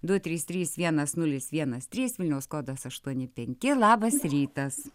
du trys trys vienas nulis vienas trys vilniaus kodas aštuoni penki labas rytas